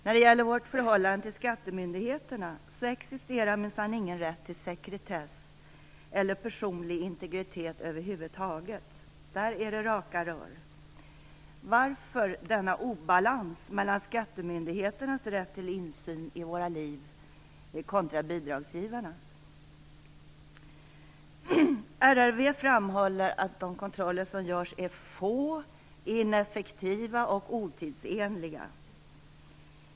När det gäller vårt förhållande till skattemyndigheterna existerar minsann ingen rätt till sekretess eller personlig integritet över huvud taget. Där är det raka rör. Varför denna obalans mellan skattemyndigheternas rätt till insyn i våra liv och bidragsgivarnas? RRV framhåller att de kontroller som görs är få, ineffektiva och otidsenliga.